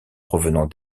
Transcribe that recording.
provenant